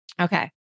okay